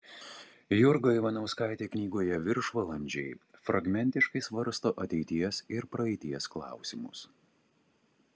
jurga ivanauskaitė knygoje viršvalandžiai fragmentiškai svarsto ateities ir praeities klausimus